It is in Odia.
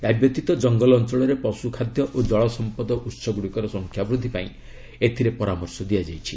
ଏହାବ୍ୟତୀତ ଜଙ୍ଗଲ ଅଞ୍ଚଳରେ ପଶୁଖାଦ୍ୟ ଓ ଜଳ ସମ୍ପଦ ଉତ୍ସଗୁଡ଼ିକର ସଂଖ୍ୟା ବୃଦ୍ଧି ପାଇଁ ଏଥିରେ ପରାମର୍ଶ ଦିଆଯାଇଛି